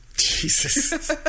Jesus